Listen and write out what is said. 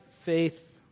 faith